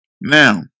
Now